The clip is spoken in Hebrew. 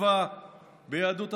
7 ביהדות התורה,